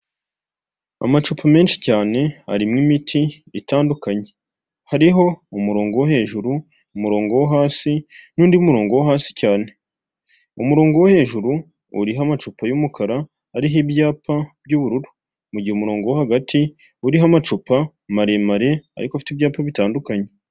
Amacupa menshi cyane, arimo imiti bitandukanye, hariho umurongo wo hejuru, umurongo wo hasi n'undi murongo wo hasi cyane, umurongo wo hejuru uriho amacupa y'umukara ariho ibyapa by'ubururu, mu gihe umurongo wo hagati uriho amacupa maremare ariko afite ibyapa bitandukanye.